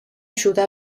ajuda